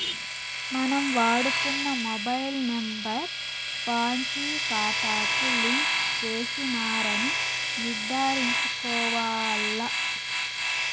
మనం వాడుతున్న mobile number బాంకీ కాతాకు లింక్ చేసినారని నిర్ధారించుకోవాల్ల